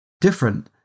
different